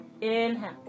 Inhale